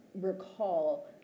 recall